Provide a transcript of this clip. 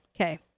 Okay